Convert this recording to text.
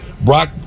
Brock